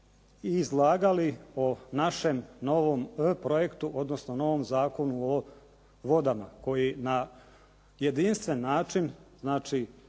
izlagali o našem novom projektu, odnosno novom Zakonu o vodama koji na jedinstven način, znači